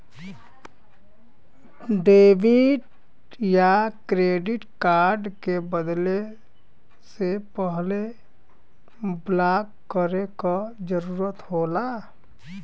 debit या credit card के बदले से पहले ब्लॉक करे क जरुरत होला